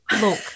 look